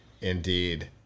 Indeed